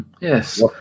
yes